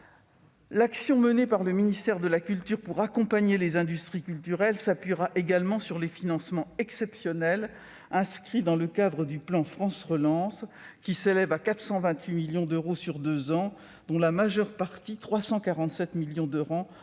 L'action menée par le ministère de la culture pour accompagner les industries culturelles s'appuiera également sur les financements exceptionnels inscrits dans le cadre du plan de relance, qui s'élèvent à 428 millions d'euros sur deux ans, et dont la majeure partie, à hauteur de 347 millions d'euros,